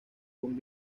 con